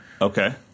Okay